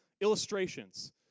illustrations